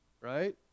right